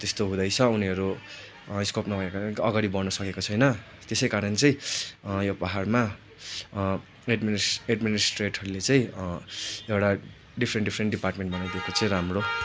त्यस्तो हुँदैछ उनीहरू स्कोप नभएको कारणले अगाडि बढ्नु सकेको छैन त्यसै कारण चाहिँ यो पाहाडमा एडमिनिस एडमिनिस्ट्रेटहरूले चाहिँ एउटा डिफिरेन्ट डिफिरेन्ट डिपार्टमेन्ट बनाइदिएको चाहिँ राम्रो